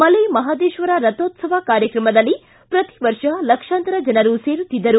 ಮಲೆಮಹದೇಶ್ವರ ರಥೋತ್ಸವ ಕಾರ್ಯಕ್ರಮದಲ್ಲಿ ಪ್ರತಿ ವರ್ಷ ಲಕ್ಷಾಂತರ ಜನರು ಸೇರುತ್ತಿದ್ದರು